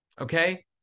Okay